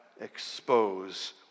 expose